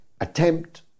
attempt